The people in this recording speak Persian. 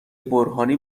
برهانی